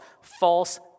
false